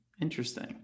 Interesting